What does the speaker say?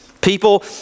People